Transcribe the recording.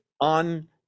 on